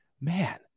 man